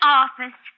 office